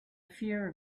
fear